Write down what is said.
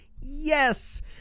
yes